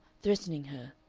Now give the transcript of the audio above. threatening her,